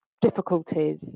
difficulties